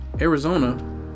Arizona